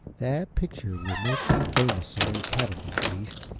that picture will make you famous among cattlemen, at least.